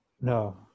No